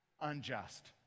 unjust